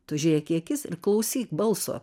tu žiūrėk į akis ir klausyk balso